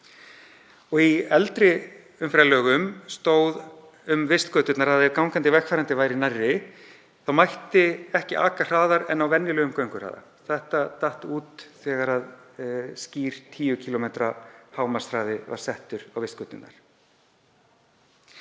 Og í eldri umferðarlögum stóð um vistgöturnar að ef gangandi vegfarendur væru nærri mætti ekki aka hraðar en á venjulegum gönguhraða. Það datt út þegar skýr 10 km hámarkshraði var settur á vistgöturnar.